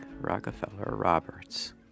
Rockefeller-Roberts